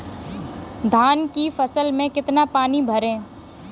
धान की फसल में कितना पानी भरें?